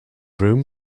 room